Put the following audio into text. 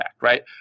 right